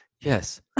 yes